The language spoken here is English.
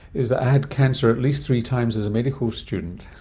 is that i had cancer at least three times as a medical student,